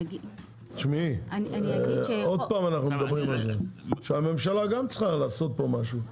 שוב אנו מדברים על זה שהממשלה גם צריכה לעשות פה משהו.